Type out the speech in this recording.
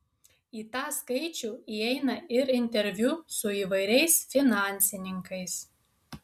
į tą skaičių įeina ir interviu su įvairiais finansininkais